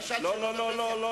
רשויות?